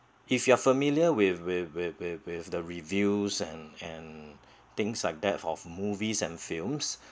if you are familiar with with with with with the reviews and and things like depth of movies and films